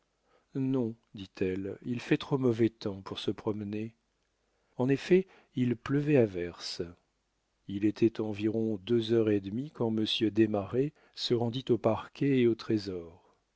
non dit-elle il fait trop mauvais temps pour se promener en effet il pleuvait à verse il était environ deux heures et demie quand monsieur desmarets se rendit au parquet et au trésor